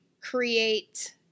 create